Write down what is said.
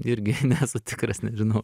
irgi nesu tikras nežinau